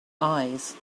eyes